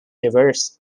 diverse